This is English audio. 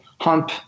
hump